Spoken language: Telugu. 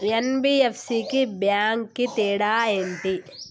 ఎన్.బి.ఎఫ్.సి కి బ్యాంక్ కి తేడా ఏంటి?